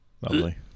Lovely